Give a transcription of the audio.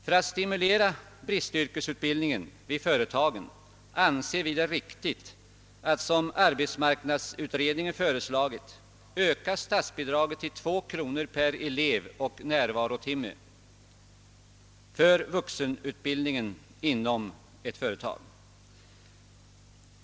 För att stimulera bristyrkesutbildningen vid företagen anser vi det riktigt att som arbetsmarknadsutredningen föreslagit öka statsbidraget till 2 kronor per elev och närvarotimme för vuxenutbildning inom ett företag.